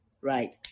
right